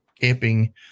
camping